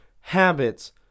habits